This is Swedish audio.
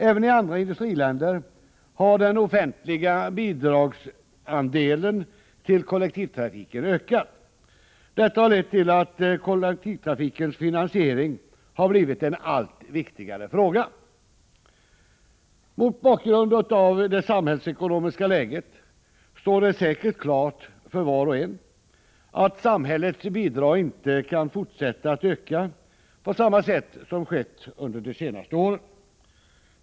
Även i andra industriländer har den offentliga bidragsandelen till kollektivtrafiken ökat. Detta har lett till att kollektivtrafikens finansiering har blivit en allt viktigare fråga. Mot bakgrund av det samhällsekonomiska läget står det säkert klart för var och en att samhällets bidrag inte kan fortsätta att öka på samma sätt som skett under de senaste åren.